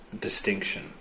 Distinction